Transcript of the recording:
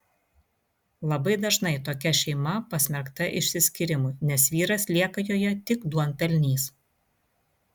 labai dažnai tokia šeima pasmerkta išsiskyrimui nes vyras lieka joje tik duonpelnys